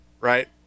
right